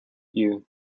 you